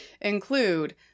include